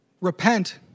Repent